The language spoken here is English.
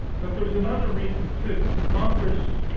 but there's another reason, too. congress